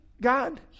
god